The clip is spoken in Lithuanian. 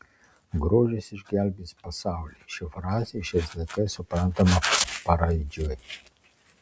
grožis išgelbės pasaulį ši frazė šiais laikais suprantama paraidžiui